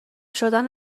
شدن